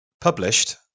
published